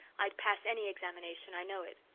i'd pass any examination i know it.